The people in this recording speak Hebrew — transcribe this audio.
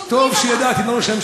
אז שומרים עליו.